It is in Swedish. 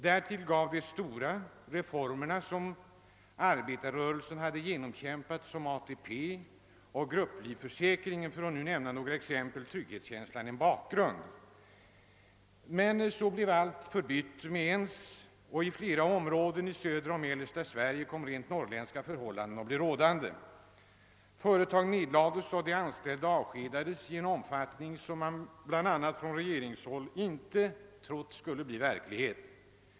Därtill gav de stora reformerna som arbetarrörelsen hade tillkämpat sig såsom ATP och grupplivförsäkringen, för att nu nämna några exempel, en bakgrund för trygghetskänslan. Emellertid blev allt med ens förbytt och i flera områden i södra och mellersta Sverige kom rent norrländska förhållanden att bli rådande. Företag nedlades, och de anställda avskedades i en omfattning som man bl.a. på regeringshåll inte trott skulle bli verklighet.